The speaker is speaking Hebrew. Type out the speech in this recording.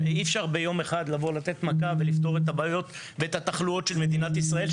אי אפשר ביום אחד לתת מכה ולפתור את התחלואות של מדינת ישראל,